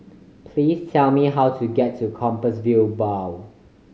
please tell me how to get to Compassvale Bow